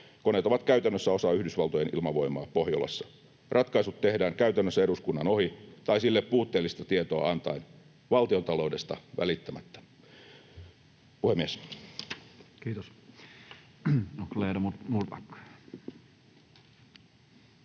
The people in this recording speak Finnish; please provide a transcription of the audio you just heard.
Koneet ovat käytännössä osa Yhdysvaltojen ilmavoimaa Pohjolassa. Ratkaisut tehdään käytännössä eduskunnan ohi tai sille puutteellista tietoa antaen valtiontaloudesta välittämättä,